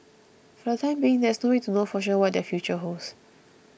for the time being there is no way to know for sure what their future holds